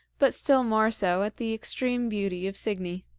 but still more so at the extreme beauty of signy.